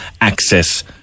access